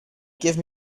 give